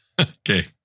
Okay